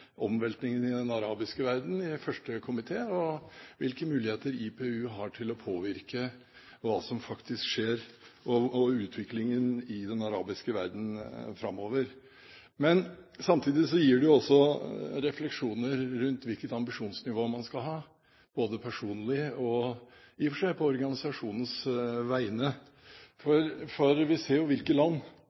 i Panama, rundt omveltningene i den arabiske verden og om hvilke muligheter IPU har til å påvirke det som faktisk skjer, og utviklingen i den arabiske verden framover. Samtidig gir det refleksjoner rundt hvilket ambisjonsnivå man skal ha, både personlig og i og for seg på organisasjonens vegne. Når vi sitter i salen og hører debatten, ser vi jo hvilke land